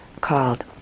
called